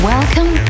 Welcome